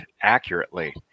accurately